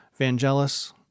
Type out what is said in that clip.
Vangelis